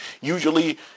Usually